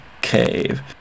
cave